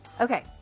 Okay